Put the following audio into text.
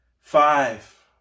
Five